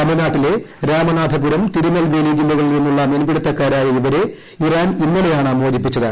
തമിഴ്നാട്ടിലെ രാമനാഥപുരം തിരുനെൽവേലി ജില്ലകളിൽ നിന്നുള്ള മീൻപിടുത്തക്കാരായ ഇവരെ ഇറാൻ ഇന്നലെയാണ് മോചിപ്പിച്ചത്